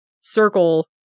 circle